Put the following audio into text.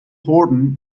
horton